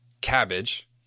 cabbage